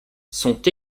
sont